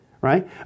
right